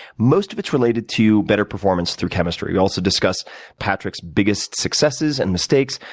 most of it's related to better performance through chemistry. we also discuss patrick's biggest successes and mistakes,